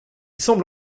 semble